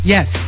Yes